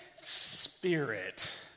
Spirit